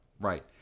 Right